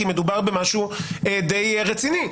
כי מדובר במשהו די רציני,